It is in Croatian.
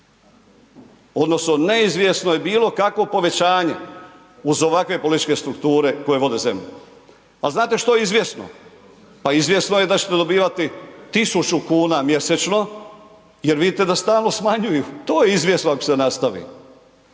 Odnosno neizvjesno je bilo kakvo povećanje uz ovakve političke strukture koje vode zemlju. Ali znate što je izvjesno? Pa izvjesno je da ćete dobivati tisuću kuna mjesečno jer vidite da stalno smanjuju, to je izvjesno ako se nastavi.